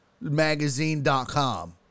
magazine.com